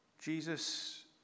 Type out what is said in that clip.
Jesus